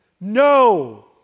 No